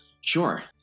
Sure